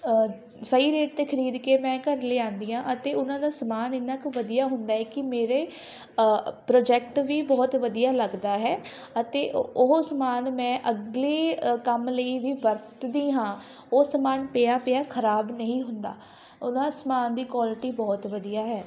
ਸਹੀ ਰੇਟ 'ਤੇ ਖਰੀਦ ਕੇ ਮੈਂ ਘਰ ਲਿਆਉਂਦੀ ਹਾਂ ਅਤੇ ਉਹਨਾਂ ਦਾ ਸਮਾਨ ਇੰਨਾ ਕੁ ਵਧੀਆ ਹੁੰਦਾ ਹੈ ਕਿ ਮੇਰੇ ਪ੍ਰੋਜੈਕਟ ਵੀ ਬਹੁਤ ਵਧੀਆ ਲੱਗਦਾ ਹੈ ਅਤੇ ਉਹ ਸਮਾਨ ਮੈਂ ਅਗਲੇ ਅ ਕੰਮ ਲਈ ਵੀ ਵਰਤਦੀ ਹਾਂ ਉਹ ਸਮਾਨ ਪਿਆ ਪਿਆ ਖਰਾਬ ਨਹੀਂ ਹੁੰਦਾ ਉਹਨਾਂ ਸਮਾਨ ਦੀ ਕੁਆਲਿਟੀ ਬਹੁਤ ਵਧੀਆ ਹੈ